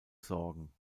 sorgen